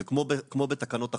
זה כמו בתקנות החשמל.